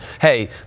hey